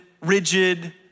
rigid